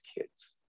kids